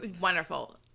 Wonderful